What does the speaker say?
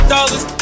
Dollars